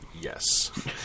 Yes